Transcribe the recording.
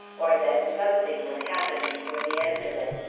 or that something would happen before the end of it.